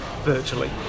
virtually